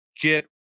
get